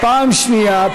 פעם שנייה,